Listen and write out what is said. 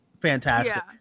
fantastic